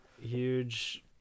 huge